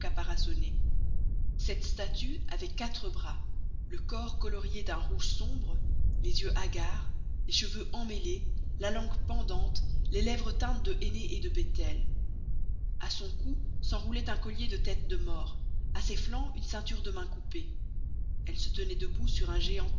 cette statue avait quatre bras le corps colorié d'un rouge sombre les yeux hagards les cheveux emmêlés la langue pendante les lèvres teintes de henné et de bétel a son cou s'enroulait un collier de têtes de mort à ses flancs une ceinture de mains coupées elle se tenait debout sur un géant